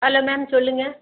hello ma'am சொல்லுங்கள்